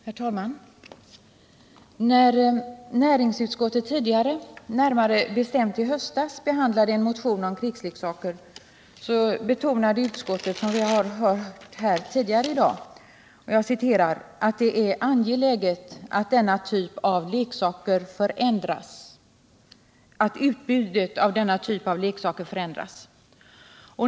Herr talman! När näringsutskottet tidigare, närmare bestämt i höstas, behandlade en motion om krigsleksaker betonade utskottet, som vi har hört tidigare här i dag, att ”det är angeläget att utbudet av denna typ av leksaker förändras”.